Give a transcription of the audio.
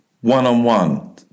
one-on-one